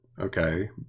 Okay